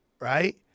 Right